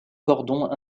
cordon